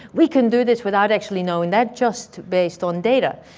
we can do this without actually knowing that, just based on data.